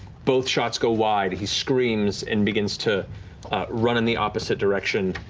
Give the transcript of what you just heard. both shots go wide, he screams and begins to run in the opposite direction.